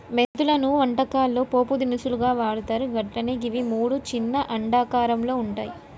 మెంతులను వంటకాల్లో పోపు దినుసుగా వాడ్తర్ అట్లనే గివి మూడు చిన్న అండాకారంలో వుంటయి